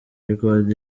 record